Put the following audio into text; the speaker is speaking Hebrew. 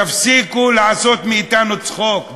תפסיקו לעשות מאתנו צחוק.